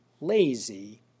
lazy